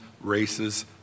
races